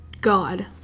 God